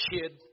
kid